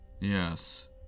Yes